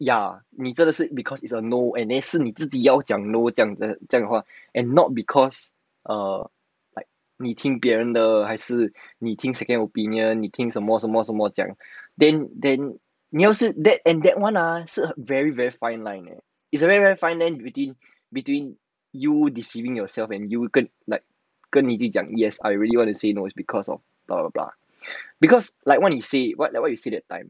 ya 你真的是 because it's a no and then 是你自己要讲 no 这样的话 and not because err like 你听别人的还是你听 second opinion 你听什么什么什么这样 then then 你要是 that and that [one] ah so very very fine line eh it's a very very fine between between you deceiving yourself and you could like 跟你自己讲 yes I really want to say no because of because like what you say like what you say that time